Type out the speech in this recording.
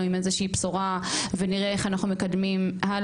עם איזה שהיא בשורה ונראה איך אנחנו מקדמים הלאה.